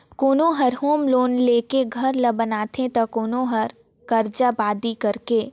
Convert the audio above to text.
कोनो हर home loan लेके घर ल बनाथे त कोनो हर करजा बादी करके